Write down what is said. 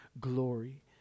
glory